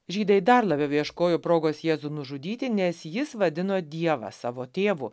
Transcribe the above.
žydai dar labiau ieškojo progos jėzų nužudyti nes jis vadino dievą savo tėvu